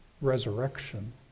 resurrection